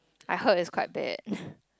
I heard is quite bad